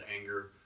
anger